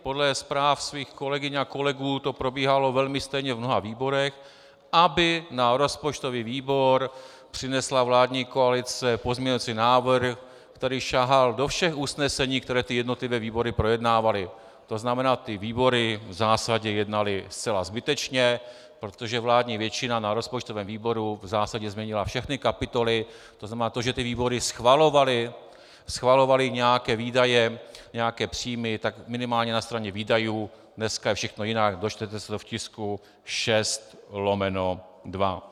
Podle zpráv mých kolegyň a kolegů to probíhalo velmi stejně v mnoha výborech, aby na rozpočtový výbor přinesla vládní koalice pozměňující návrh, který sahal do všech usnesení, která jednotlivé výbory projednávaly, to znamená, ty výbory v zásadě jednaly zcela zbytečně, protože vládní většina na rozpočtovém výboru v zásadě změnila všechny kapitoly, to znamená to, že ty výbory schvalovaly nějaké výdaje, nějaké příjmy, tak minimálně na straně výdajů dneska je všechno jinak, dočtete se to v tisku 6/2.